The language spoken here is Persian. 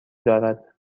دارد